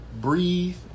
breathe